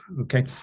Okay